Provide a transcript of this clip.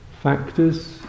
factors